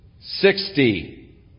Sixty